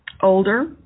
older